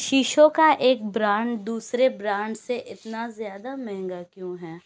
شیشو کا ایک برانڈ دوسرے برانڈ سے اتنا زیادہ مہنگا کیوں ہے